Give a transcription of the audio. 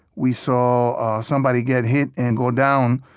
we saw somebody get hit and go down,